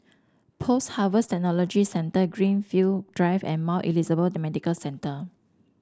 Post Harvest Technology Centre Greenfield Drive and Mount Elizabeth Medical Centre